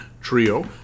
trio